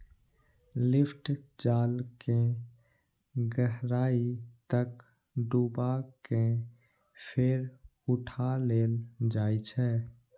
lift जाल कें गहराइ तक डुबा कें फेर उठा लेल जाइ छै